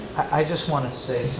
i just wanna say